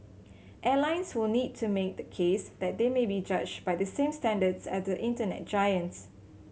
airlines will need to make the case that they may be judged by the same standards as the Internet giants